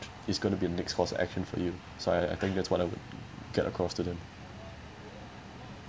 is going to be the next course of action for you so I I think that's what I would get across to them